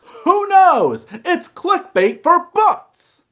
who knows. it's clickbait for books.